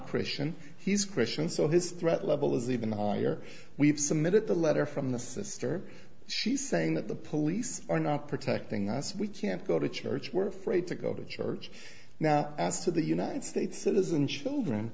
christian he's question so his threat level is even higher we've submitted the letter from the sister she's saying that the police are not protecting us we can't go to church were afraid to go to church now as to the united states citizen children